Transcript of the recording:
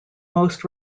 most